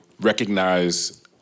recognize